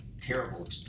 terrible